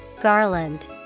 Garland